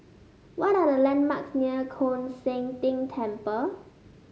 what are the landmarks near Koon Seng Ting Temple